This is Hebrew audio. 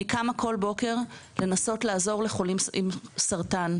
אני קמה כל בוקר לנסות לעזור לחולים עם סרטן.